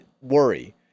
worry